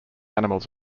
animals